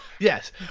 Yes